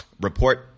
report